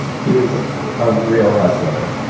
he was a real hustler.